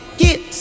get